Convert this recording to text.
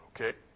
okay